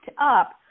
up